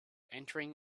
entering